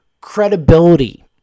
credibility